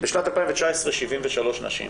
בשנת 2019, 73 נשים.